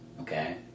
okay